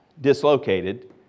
dislocated